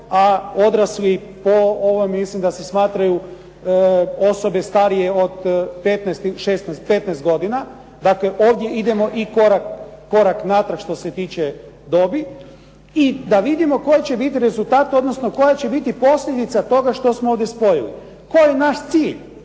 a odrasli po ovom mislim da se smatraju osobe starije od 15 ili 16, 15 godina. Dakle, ovdje idemo i korak natrag što se tiče dobi. I da vidimo koji će biti rezultat odnosno koja će biti posljedica toga što smo ovdje spojili. Koji je naš cilj?